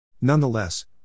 Nonetheless